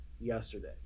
Yesterday